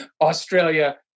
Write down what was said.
Australia